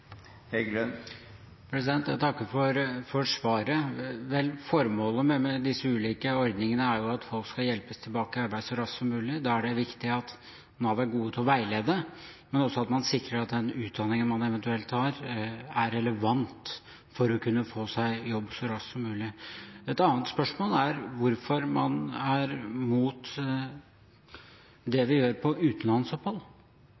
som aleneforsørger. Jeg takker for svaret. Formålet med disse ulike ordningene er jo at folk skal hjelpes tilbake i arbeid så raskt som mulig, og da er det viktig at Nav er gode til å veilede, men også at man sikrer at den utdanningen man eventuelt har, er relevant for å kunne få seg jobb så raskt som mulig. Et annet spørsmål er hvorfor man er imot det vi gjør når det gjelder utenlandsopphold.